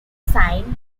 signed